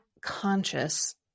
conscious